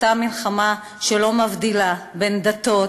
באותה מלחמה שלא מבדילה בין דתות,